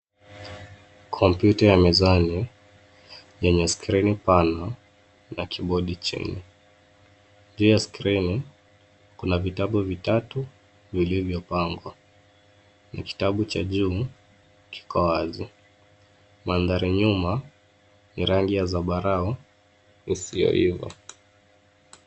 Kompyuta ya mezani yenye skrini pana na kiibodi chini. Juu ya skrini, kuna vitabu vitatu vilivyopangwa na kitabu cha juu kiko wazi. Mandhari nyuma ni rangi ya zambarau isiyoiva.